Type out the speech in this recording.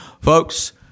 Folks